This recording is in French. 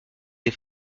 des